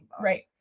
Right